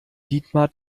dietmar